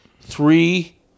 three